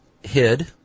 hid